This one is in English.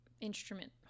instrument